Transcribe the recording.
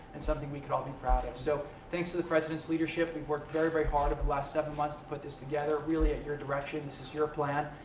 and something we could all be proud of. so thanks to the president's leadership, we've worked very, very hard over the last seven months to put this together, really at your direction. this is your plan.